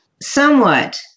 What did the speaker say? Somewhat